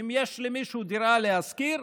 אם יש למישהו דירה להשכיר,